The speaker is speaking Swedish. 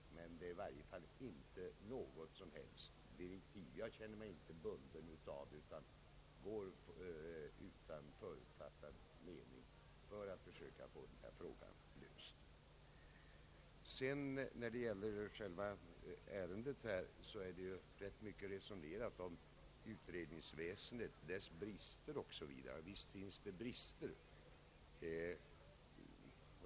I varje fall är det inte något direktiv som jag känner mig bunden av, utan jag går utan förutfattade meningar att försöka få denna fråga löst. När det gäller själva ärendet som är föremål för behandling är det rätt mycket resonerat om utredningsväsendet, dess brister o. s. v. Visst finns det bris ter.